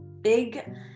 big